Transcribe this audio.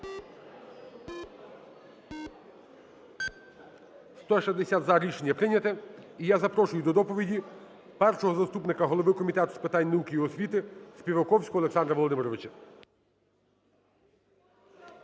За-160 Рішення прийнято. І я запрошую до доповіді першого заступника голови Комітету з питань науки і освіти Співаковського Олександра Володимировича.